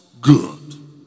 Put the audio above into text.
good